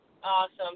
Awesome